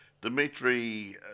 Dimitri